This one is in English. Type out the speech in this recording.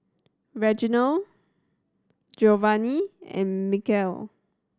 Reginal Giovanni and Mykel